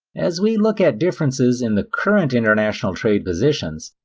as we look at differences in the current international trade positions,